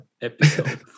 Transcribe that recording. episode